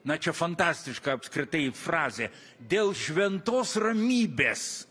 na čia fantastiška apskritai frazė dėl šventos ramybės